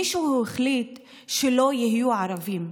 מישהו החליט שלא יהיו ערבים.